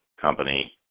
company